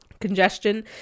congestion